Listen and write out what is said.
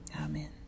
Amen